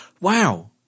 wow